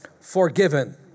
forgiven